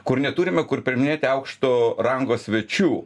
kur neturime kur priiminėti aukšto rango svečių